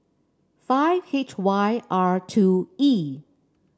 five H Y R two E